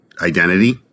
identity